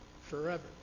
forever